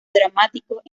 dramáticos